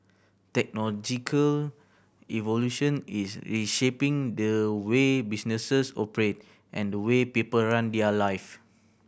technological is reshaping the way businesses operate and the way people run their lives